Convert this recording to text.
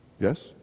Yes